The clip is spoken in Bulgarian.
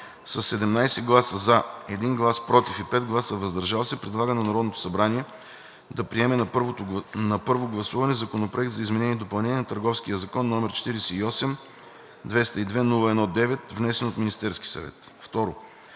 17 гласа „за“, 1 глас „против“ и 5 гласа „въздържал се“ предлага на Народното събрание да приеме на първо гласуване Законопроект за изменение и допълнение на Търговския закон, № 48-202-01-9, внесен от Министерския съвет